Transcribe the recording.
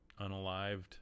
unalived